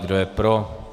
Kdo je pro?